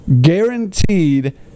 Guaranteed